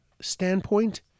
standpoint